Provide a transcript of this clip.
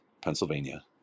Pennsylvania